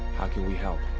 how can we help?